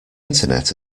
internet